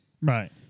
Right